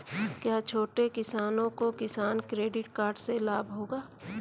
क्या छोटे किसानों को किसान क्रेडिट कार्ड से लाभ होगा?